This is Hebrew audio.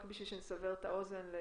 רק בשביל שנסבר את האוזן.